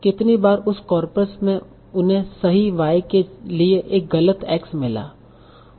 कितनी बार उस कॉर्पस में उन्हें सही y के लिए एक गलत x मिला